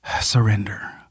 surrender